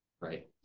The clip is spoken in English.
right